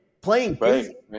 playing